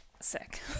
sick